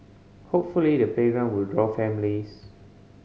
hopefully the playground will draw families